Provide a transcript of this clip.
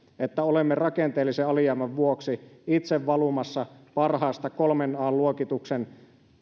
että olemme rakenteellisen alijäämän vuoksi itse valumassa parhaasta kolmen an luokituksesta